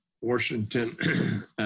Washington